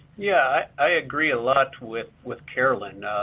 yeah, i agree a lot with with carolyn.